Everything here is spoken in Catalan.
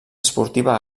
esportiva